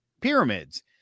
pyramids